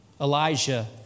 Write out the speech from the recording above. Elijah